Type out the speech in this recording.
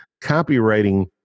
Copywriting